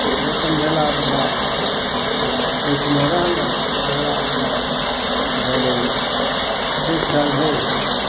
operation भेलाके बाद आब ओहिठमा रहलहुॅं रहलाके बाद भऽ गेल ठीक ठाक भेल